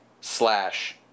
slash